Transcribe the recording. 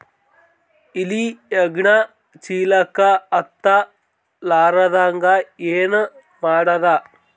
ಇಲಿ ಹೆಗ್ಗಣ ಚೀಲಕ್ಕ ಹತ್ತ ಲಾರದಂಗ ಏನ ಮಾಡದ?